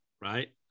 right